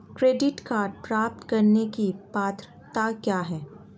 Credit card प्राप्त करने की पात्रता क्या है?